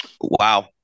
wow